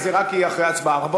אז זה יהיה רק אחרי ההצבעה.